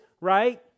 right